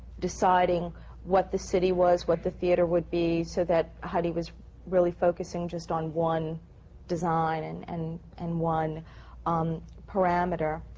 deciding what the city was, what the theatre would be, so that heidi was really focusing just on one design and and and one um parameter.